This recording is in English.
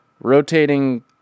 rotating